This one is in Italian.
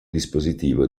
dispositivo